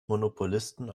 monopolisten